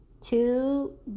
two